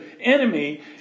enemy